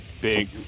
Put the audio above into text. big